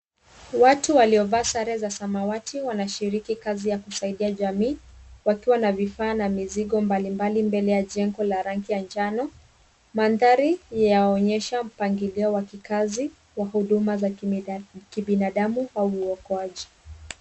Watu waliovaa sare za samawati wanashiriki kazi ya kusaidia jamii wakiwa na vifaa na mizigo mbalimbali, mbele ya jengo la rangi ya njano. Mandhari ni inaonyesha mpangilio wa kikazi, kwa huduma za kibinadamu au uokoaji.